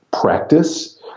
practice